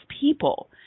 people